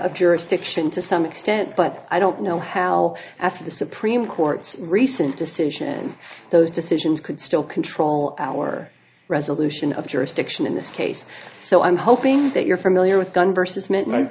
of jurisdiction to some extent but i don't know how after the supreme court's recent decision those decisions could still control our resolution of jurisdiction in this case so i'm hoping that you're familiar with